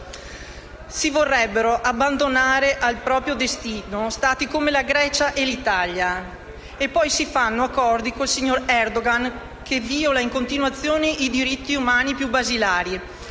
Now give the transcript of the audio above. Si vorrebbero abbandonare al proprio destino Stati come la Grecia e l'Italia e poi si fanno accordi con il signor Erdogan che viola in continuazione i diritti umani più basilari